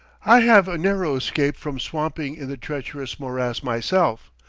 i have a narrow escape from swamping in the treacherous morass myself,